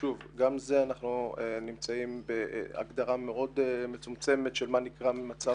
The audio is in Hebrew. גם כאן אנחנו נמצאים בהגדרה מאוד מצומצמת של מה נקרא מצב דחוף.